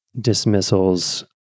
dismissals